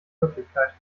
wirklichkeit